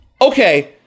Okay